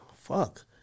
Fuck